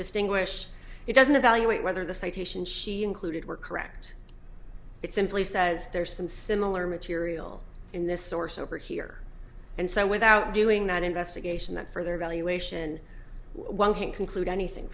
distinguish it doesn't evaluate whether the citations she included were correct it simply says there is some similar material in this source over here and so without doing that investigation that further evaluation one can't conclude anything